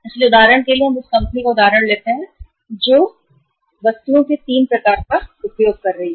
इसलिए उदाहरण के लिए हम उस कंपनी का उदाहरण लेते हैं जो वस्तुओं के 3 प्रकार उपयोग कर रही है